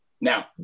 Now